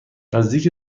نزدیک